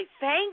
thank